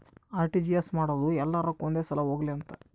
RTGS ಮಾಡೋದು ಯೆಲ್ಲ ರೊಕ್ಕ ಒಂದೆ ಸಲ ಹೊಗ್ಲಿ ಅಂತ